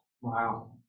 Wow